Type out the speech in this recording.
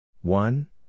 One